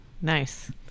Nice